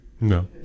No